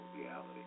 reality